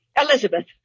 Elizabeth